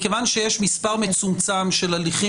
מכיוון שיש מספר מצומצם של הליכים